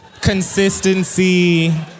consistency